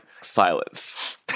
silence